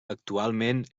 actualment